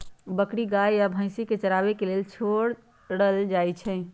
बकरी गाइ आ भइसी के चराबे के लेल छोड़ल जाइ छइ